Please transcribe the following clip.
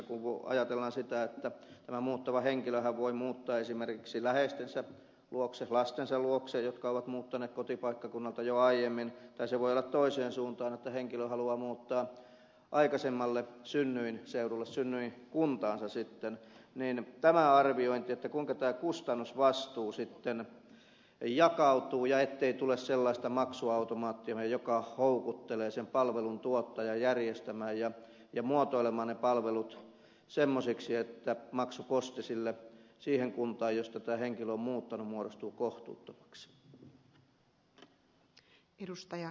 kun ajatellaan sitä että tämä muuttava henkilöhän voi muuttaa esimerkiksi läheistensä luokse lastensa luokse jotka ovat muuttaneet kotipaikkakunnalta jo aiemmin tai se voi olla toiseen suuntaan että henkilö haluaa muuttaa aikaisemmalle synnyinseudulle synnyinkuntaansa niin kuinka on arvioitu että tämä kustannusvastuu sitten jakautuu jottei tule sellaista maksuautomaattia joka houkuttelee sen palveluntuottajan järjestämään ja muotoilemaan ne palvelut semmoisiksi että maksuposti siihen kuntaan josta tämä henkilö on muuttanut muodostuu kohtuuttomaksi